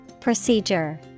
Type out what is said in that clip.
Procedure